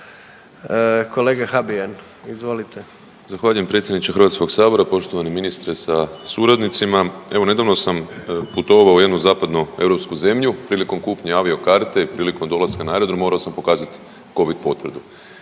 **Habijan, Damir (HDZ)** Zahvaljujem predsjedniče Hrvatskoga sabora, poštovani ministre sa suradnicima, evo nedavno sam putovao u jednu zapadnoeuropsku zemlju prilikom kupnje avio karte, prilikom dolaska na aerodrom morao sam pokazati Covid potvrdu.